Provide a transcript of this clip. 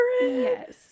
Yes